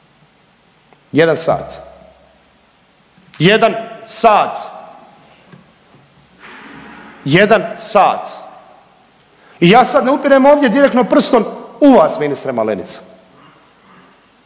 1 sat. 1 sat, 1 sat. I ja sad ne upirem ovdje direktno prstom u vas ministre Malenica,